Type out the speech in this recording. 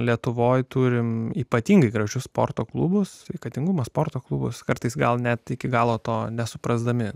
lietuvoje turime ypatingai gražių sporto klubus sveikatingumo sporto klubus kartais gal net iki galo to nesuprasdami